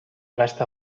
gasta